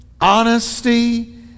honesty